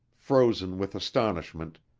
frozen with astonishment,